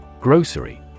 Grocery